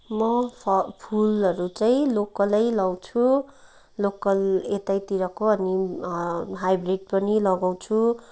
म फ फुलहरू चाहिँ लोकलै लाउँछु लोकल यतैतिरको अनि हाइब्रिड पनि लगाउँछु